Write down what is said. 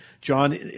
John